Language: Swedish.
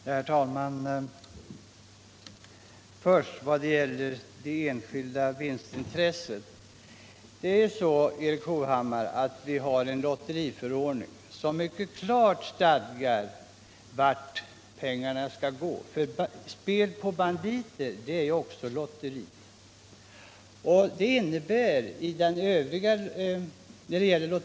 Herr talman! Först skall jag ta upp det enskilda vinstintresset. Det är så, Erik Hovhammar, att också spel på enarmade banditer är lotteri och att vi har en lotteriförordning som mycket klart stadgar vart vinstpengarna skall gå.